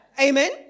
Amen